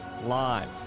live